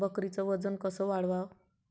बकरीचं वजन कस वाढवाव?